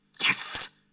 Yes